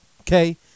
okay